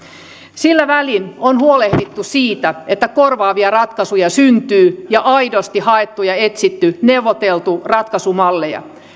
sillä välin on huolehdittu siitä että korvaavia ratkaisuja syntyy ja aidosti haettu etsitty ja neuvoteltu ratkaisumalleja